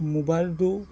মোবাইলটো